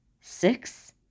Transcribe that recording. Six